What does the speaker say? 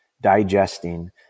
digesting